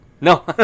No